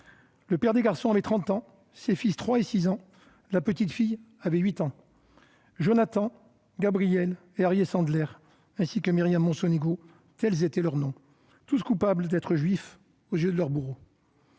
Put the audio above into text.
Le père des garçons avait 30 ans ; ses fils 3 ans et 6 ans. La petite fille avait 8 ans. Jonathan, Gabriel et Arié Sandler, ainsi que Myriam Monsonégo : tels étaient leurs noms. Tous coupables d'être juifs aux yeux de leur bourreau.